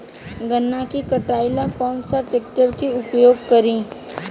गन्ना के कटाई ला कौन सा ट्रैकटर के उपयोग करी?